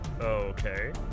Okay